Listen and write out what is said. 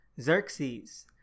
Xerxes